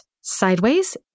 sideways